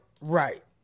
right